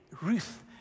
Ruth